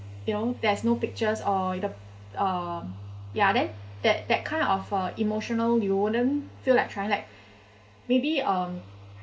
you know there's no pictures or the um ya then that that kind of uh emotional you wouldn't feel like trying like maybe um